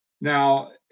now